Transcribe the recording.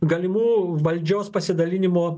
galimų valdžios pasidalinimo